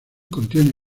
contiene